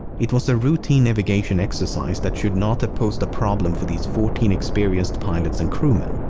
it was a routine navigation exercise that should not have posed a problem for these fourteen experienced pilots and crewmen.